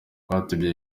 rwatubyaye